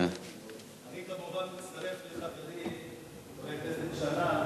אני כמובן מצטרף לחברי חבר הכנסת שנאן,